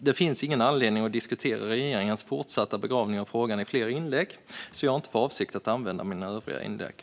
Det finns ingen anledning att diskutera regeringens fortsatta begravning av frågan i fler inlägg, så jag har inte för avsikt att använda mina övriga inlägg.